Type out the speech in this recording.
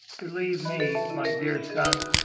believe me, my dear son,